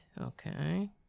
Okay